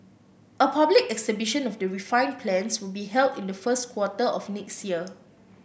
a public exhibition of the refined plans will be held in the first quarter of next year